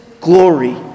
glory